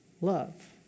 Love